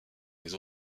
les